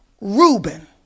Reuben